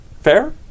Fair